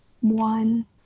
one